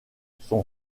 son